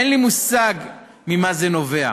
אין לי מושג ממה זה נובע,